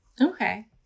okay